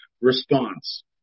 response